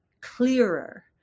clearer